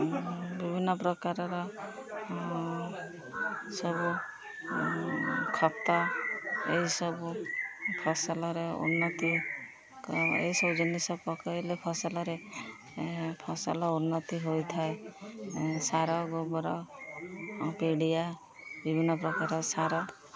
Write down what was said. ବିଭିନ୍ନ ପ୍ରକାରର ସବୁ ଖତ ଏହିସବୁ ଫସଲର ଉନ୍ନତି ଏସବୁ ଜିନିଷ ପକାଇଲେ ଫସଲରେ ଫସଲ ଉନ୍ନତି ହୋଇଥାଏ ସାର ଗୋବର ପିଡ଼ିଆ ବିଭିନ୍ନ ପ୍ରକାର ସାର